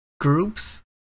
groups